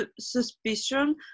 suspicion